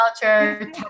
culture